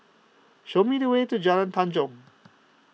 show me the way to Jalan Tanjong